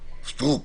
סטרוק.